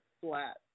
flat